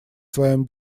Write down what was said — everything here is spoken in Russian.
своем